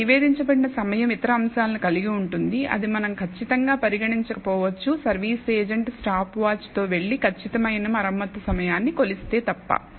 కాబట్టినివేదించబడిన సమయం ఇతర అంశాలను కలిగి ఉంటుందిఅది మనం ఖచ్చితంగా పరిగణించకపోవచ్చు సర్వీస ఏజెంట్ స్టాప్వాచ్ తో వెళ్లి ఖచ్చితమైన మరమ్మతు సమయాన్ని కొలిస్తే తప్ప